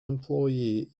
employee